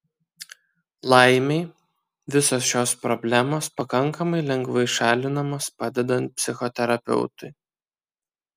laimei visos šios problemos pakankamai lengvai šalinamos padedant psichoterapeutui